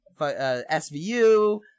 SVU